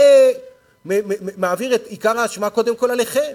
זה מעביר את עיקר האשמה קודם כול אליכם,